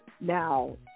Now